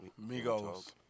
Migos